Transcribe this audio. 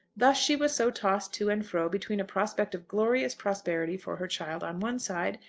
thus she was so tossed to and fro between a prospect of glorious prosperity for her child on one side,